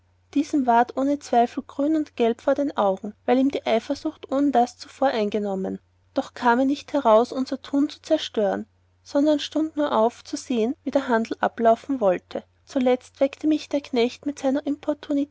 ward ohn zweifel grün und gelb vor den augen weil ihn die eifersucht ohndas zuvor eingenommen doch kam er nicht heraus unser tun zu zerstören sondern stund nur auf zu sehen wie der handel ablaufen wollte zuletzt weckte mich der knecht mit seiner